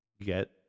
get